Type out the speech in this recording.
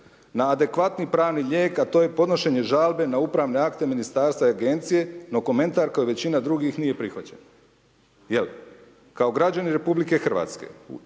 na adekvatni pravni lijek a to je podnošenje žalbe na upravne akte ministarstva i agencije, no komentar kao i većina drugih, nije prihvaćen. Kao građanin RH ne mogu se